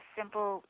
simple